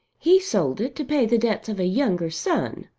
he sold it to pay the debts of a younger son,